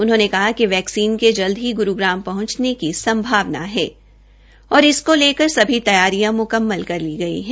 उन्होंने कहा कि वैक्सीन के जल्द ही गुरूग्राम पहंचने की संभावना है और इसको लेकर सभी तैयारियां मुकम्मल कर ली गई है